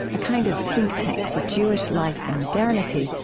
a kind of think tank for jewish life in modernity,